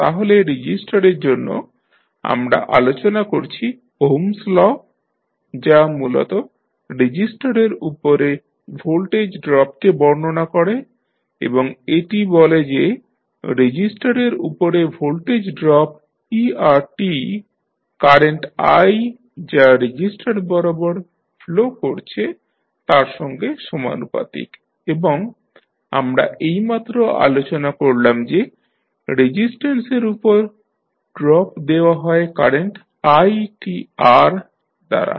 তাহলে রেজিস্টরের জন্য আমরা আলোচনা করছি ওহম'স সূত্র Ohms law যা মূলত রেজিস্টরের উপরে ভোল্টেজ ড্রপকে বর্ণনা করে এবং এটি বলে যে রেজিস্টরের উপরে voltage drop eRt current i যা রেজিস্টর বরাবর ফ্লো করছে তার সঙ্গে সমানুপাতিক এবং আমরা এইমাত্র আলোচনা করলাম যে রেজিস্ট্যান্সের উপর ড্রপ দেওয়া হয় কারেন্ট itR দ্বারা